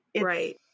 Right